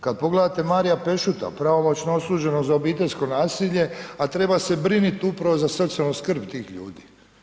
Kad pogledate Maria Pešuta, pravomoćno osuđenog za obiteljsko nasilje a treba se brinuti upravo za socijalnu skrb tih ljudi.